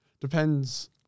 Depends